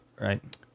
Right